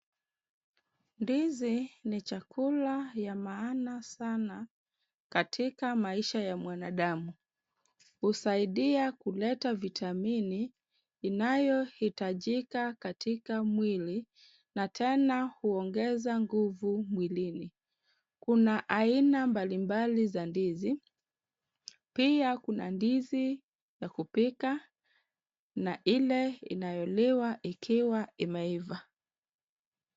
Ndizi ni chakula ya maana sana katika maisha ya mwanadamu. Husaidia kuleta vitamini inayohitajika katika mwili na tena huongeza nguvu mwilini. Kuna aina mbalimbali za ndizi. Pia kuna ndizi ya kupika na ile inayoliwa ikiwa imeiva.